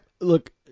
Look